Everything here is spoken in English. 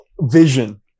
vision